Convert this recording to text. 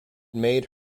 made